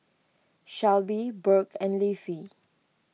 Shelbi Burk and Leafy